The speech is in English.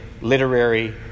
literary